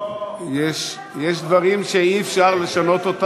יש דברים שאי-אפשר לשנות.